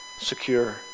secure